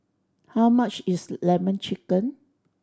how much is Lemon Chicken